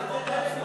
זה חלק מהמשילות.